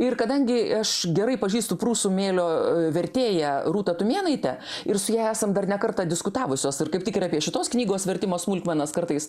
ir kadangi aš gerai pažįstu prūsų mėlio vertėją rūtą tumėnaitę ir su ja esam dar ne kartą diskutavusios ir kaip tik ir apie šitos knygos vertimo smulkmenos kartais